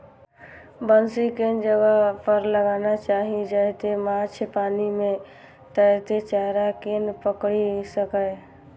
बंसी कें एहन जगह पर लगाना चाही, जतय माछ पानि मे तैरैत चारा कें पकड़ि सकय